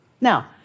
Now